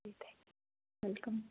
ji thank you welcome